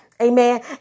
Amen